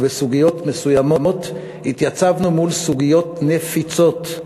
ובסוגיות מסוימות התייצבנו מול סוגיות נפיצות.